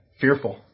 fearful